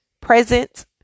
present